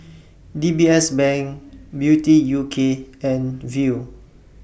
D B S Bank Beauty U K and Viu